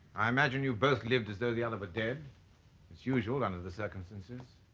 i imagine you both lived as though the other were dead its usual under the circumstances